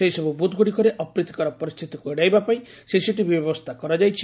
ସେହିସବୁ ବୁଥ୍ଗୁଡିକରେ ଅପ୍ରୀତିକର ପରିସ୍ଛିତିକୁ ଏଡାଇବା ପାଇଁ ସିସିଟିଭି ବ୍ୟବସ୍ରା କରାଯାଇଛି